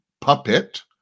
puppet